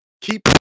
keep